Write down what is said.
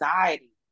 anxiety